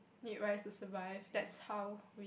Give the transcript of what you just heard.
need rice to survive that's how